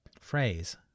phrase